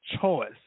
choice